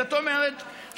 זאת אומרת,